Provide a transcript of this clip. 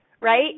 right